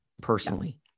personally